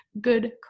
good